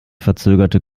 verzögerte